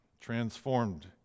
transformed